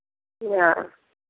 नहि